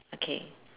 okay